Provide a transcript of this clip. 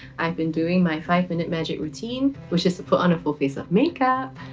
i've been doing my five-minute magic routine which is to put on a full face of makeup.